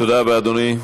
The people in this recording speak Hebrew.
תודה רבה, אדוני.